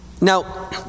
Now